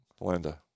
Linda